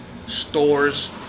stores